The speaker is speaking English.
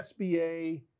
SBA